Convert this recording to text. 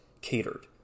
catered